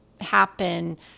happen